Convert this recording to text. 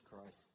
Christ